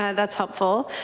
yeah that's helpful.